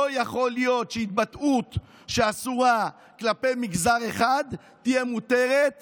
לא יכול להיות שהתבטאות שאסורה כלפי מגזר אחד תהיה מותרת